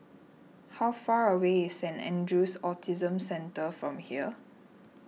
how far away is Saint andrew's Autism Centre from here